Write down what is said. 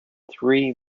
three